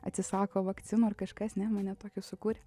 atsisako vakcinų ar kažkas ne mane tokį sukūrė